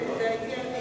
זה הייתי אני,